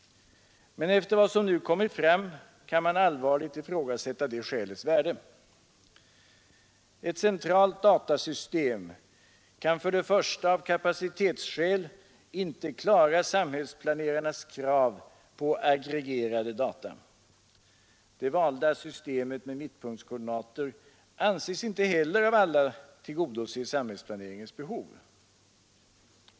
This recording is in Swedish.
Men efter vad som nu kommit fram kan man allvarligt ifrågasätta det skälets värde. Ett centralt datasystem kan för det första av kapacitetsskäl inte klara samhällsplanerarnas krav på aggregerade data. Det valda systemet med mittpunktskoordinater anses inte heller av alla tillgodose samhällsplaneringens behov.